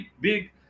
big